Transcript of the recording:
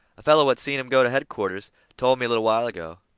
a feller what seen em go to headquarters told me a little while ago.